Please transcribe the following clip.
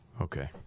Okay